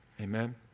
amen